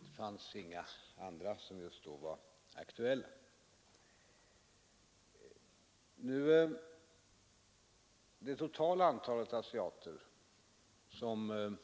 Det fanns inga andra som just då var aktuella. Det totala antalet asiater som